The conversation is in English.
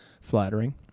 flattering